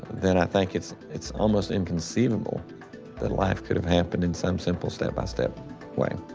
then i think it's it's almost inconceivable that life could've happened in some simple, step-by-step way.